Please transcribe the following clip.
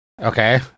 Okay